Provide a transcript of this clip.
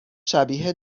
شبیه